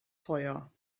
teuer